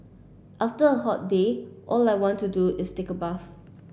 after a hot day all I want to do is take a bath